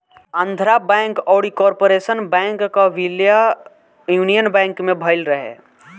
Andhra bank अउरी corporation bank कअ विलय यूनियन बैंक में भयल रहे